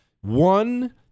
One